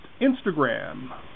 Instagram